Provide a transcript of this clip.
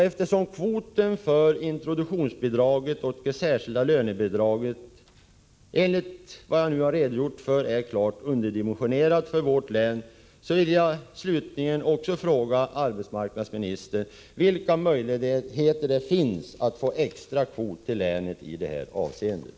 Eftersom kvoten för introduktionsbidraget och det särskilda lönebidraget enligt den redogörelse jag lämnat är klart underdimensionerad för vårt län, vill jag till sist fråga arbetsmarknadsministern vilka möjligheter som finns att få extra kvot till länet i det här avseendet.